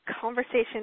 conversation